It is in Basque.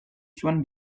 zuen